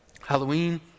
Halloween